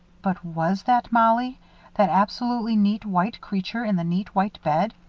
but was that mollie that absolutely neat white creature in the neat white bed?